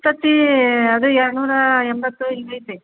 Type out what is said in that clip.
ಉತ್ತತ್ತಿ ಅದು ಎಡು ನೂರಾ ಎಂಬತ್ತು ಹಿಂಗೆ ಐತೆ